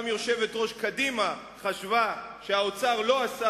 גם יושבת-ראש קדימה חשבה שהאוצר לא עשה